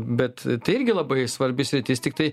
bet tai irgi labai svarbi sritis tiktai